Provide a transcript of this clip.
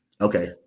Okay